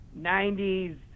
90s